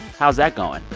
how's that going?